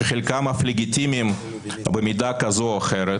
שחלקם אף לגיטימיים במידה כזו או אחרת,